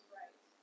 right